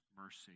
mercy